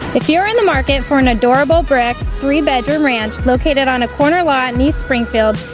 if you're in the market for an adorable brick, three bedroom ranch located on a quarter lot in east springfield,